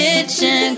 Kitchen